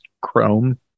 chrome